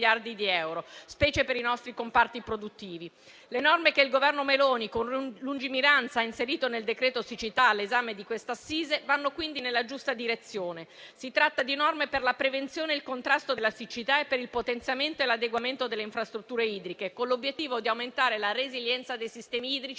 Le norme che il Governo Meloni con lungimiranza ha inserito nel decreto siccità all'esame di quest'assise vanno quindi nella giusta direzione. Si tratta di norme per la prevenzione e il contrasto della siccità e per il potenziamento e l'adeguamento delle infrastrutture idriche, con l'obiettivo di aumentare la resilienza dei sistemi idrici